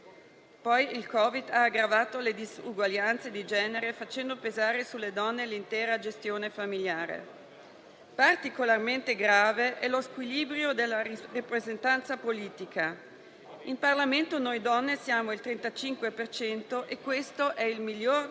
Da qui una serie di interventi normativi sui sistemi elettorali, tra cui la legge n. 20 del 2016 sull'equilibrio della rappresentanza di genere nei Consigli regionali, con cui si impone alle Regioni di prevedere almeno due preferenze, di cui una riservata a un candidato di sesso diverso.